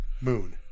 Moon